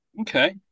Okay